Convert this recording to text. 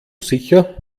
sicher